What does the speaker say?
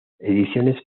ediciones